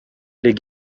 les